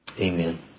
amen